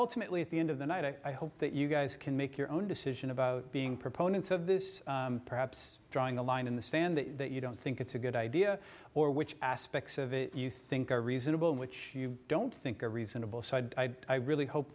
ultimately at the end of the night i hope that you guys can make your own decision about being proponents of this perhaps drawing a line in the sand that you don't think it's a good idea or which aspects of it you think are reasonable which you don't think are reasonable so i really hope